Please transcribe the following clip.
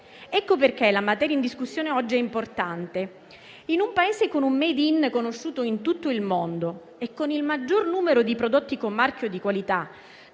Ecco perché la materia oggi in discussione è importante: in un Paese con un "*made in*" conosciuto in tutto il mondo e con il maggior numero di prodotti con marchio di qualità